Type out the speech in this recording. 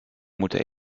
moeten